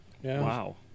Wow